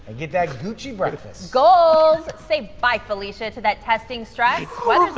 and get that gucci breakfast goals. say bye, felicia, to that testing stress. weather's